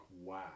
wow